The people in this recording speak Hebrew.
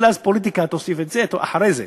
והתחילה אז פוליטיקה, אחרי זה.